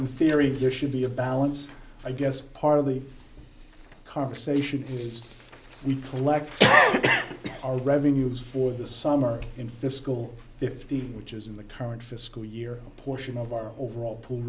in theory there should be a balance i guess part of the conversation is we collect our revenues for the summer in fiscal fifteen which is in the current fiscal year portion of our overall pool